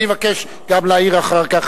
אני אבקש גם להעיר אחר כך,